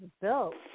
built